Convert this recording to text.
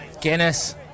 Guinness